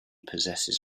possesses